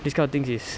these kind of things is